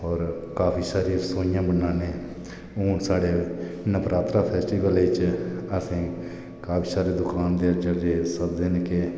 और काफी सारी रसोइयां बनाने हून साढ़े नबरात्रे बिच असें काफी सारे दुकान आह्ले सददे न के